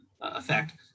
effect